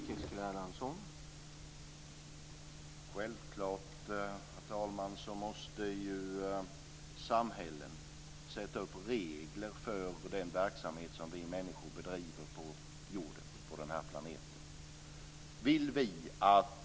Herr talman! Självklart måste ju samhällen sätta upp regler för den verksamhet som vi människor bedriver på jorden, på denna planet.